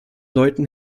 leuten